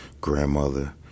grandmother